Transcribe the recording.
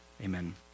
Amen